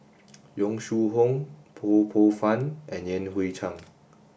Yong Shu Hoong Ho Poh Fun and Yan Hui Chang